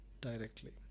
directly